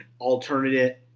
alternative